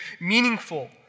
meaningful